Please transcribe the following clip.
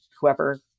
whoever